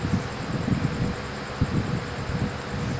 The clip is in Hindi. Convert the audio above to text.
काली मिट्टी में कैसी उपज होती है?